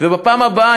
ובפעם הבאה,